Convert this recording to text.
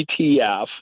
ETF